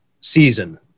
season